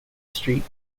street